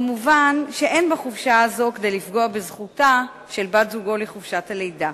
מובן שאין בחופשה הזאת כדי לפגוע בזכותה של בת-זוגו לחופשת הלידה.